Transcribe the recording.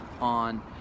on